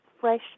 fresh